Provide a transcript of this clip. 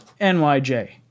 NYJ